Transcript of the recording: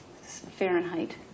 Fahrenheit